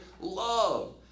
love